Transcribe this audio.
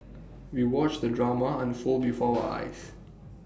we watched the drama unfold before our eyes